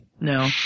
No